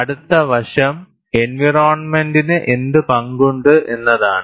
അടുത്ത വശം എൻവയറോണ്മെന്റിനു എന്ത് പങ്കുണ്ട് എന്നതാണ്